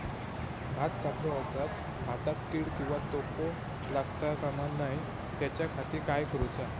भात कापल्या ऑप्रात भाताक कीड किंवा तोको लगता काम नाय त्याच्या खाती काय करुचा?